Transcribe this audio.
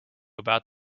about